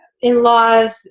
in-laws